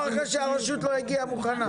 מי אמר לך שהרשות לא הגיעה מוכנה?